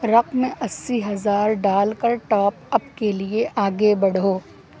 رقم اسی ہزار ڈال کر ٹاپ اپ کے لیے آگے بڑھو